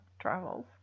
travels